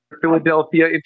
Philadelphia